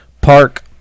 Park